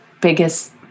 biggest